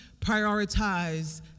prioritize